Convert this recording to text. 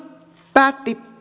päätti